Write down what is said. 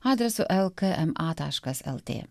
adresu lkma taškas lt